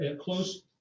close